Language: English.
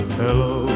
hello